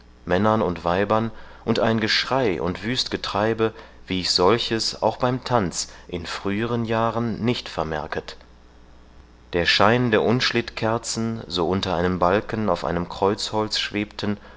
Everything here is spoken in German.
männern und weibern und ein geschrei und wüst getreibe wie ich solches auch beim tanz in früheren jahren nicht vermerket der schein der unschlittkerzen so unter einem balken auf einem kreuzholz schwebten